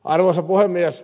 arvoisa puhemies